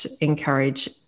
encourage